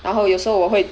然后有时候我会